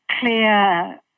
clear